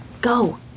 go